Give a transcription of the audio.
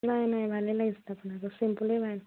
নাই নাই ভালে নাই চিম্পোলেই ভাল